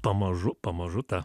pamažu pamažu tą